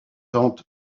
tente